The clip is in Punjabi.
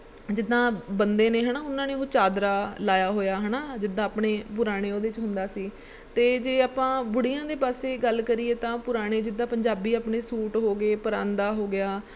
ਜਿੱਦਾਂ ਬੰਦੇ ਨੇ ਹੈ ਨਾ ਉਹਨਾਂ ਨੇ ਉਹ ਚਾਦਰਾ ਲਾਇਆ ਹੋਇਆ ਹੈ ਨਾ ਜਿੱਦਾਂ ਆਪਣੇ ਪੁਰਾਣੇ ਉਹਦੇ 'ਚ ਹੁੰਦਾ ਸੀ ਅਤੇ ਜੇ ਆਪਾਂ ਬੁੜੀਆਂ ਦੇ ਪਾਸੇ ਗੱਲ ਕਰੀਏ ਤਾਂ ਪੁਰਾਣੇ ਜਿੱਦਾਂ ਪੰਜਾਬੀ ਆਪਣੇ ਸੂਟ ਹੋ ਗਏ ਪਰਾਂਦਾ ਹੋ ਗਿਆ